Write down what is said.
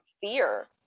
fear